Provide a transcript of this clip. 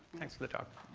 thanks for the talk.